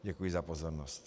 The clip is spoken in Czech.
Děkuji za pozornost.